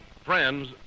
Friends